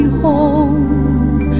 home